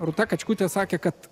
rūta kačkutė sakė kad